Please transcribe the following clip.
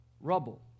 rubble